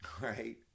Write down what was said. right